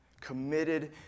committed